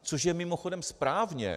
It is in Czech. Což je mimochodem správně.